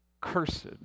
cursed